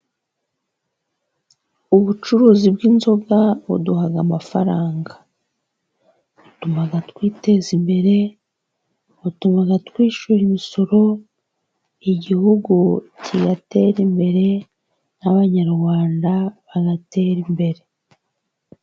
Ubucuruzi bw'inzoga buduha amafaranga, butuma twiteza imbere, butuma twishyura imisoro, igihugu kigatera imbere n'abanyarwanda bagatera imbere.